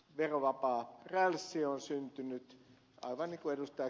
verovapaa rälssi on syntynyt aivan niin kuin ed